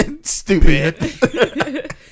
stupid